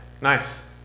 nice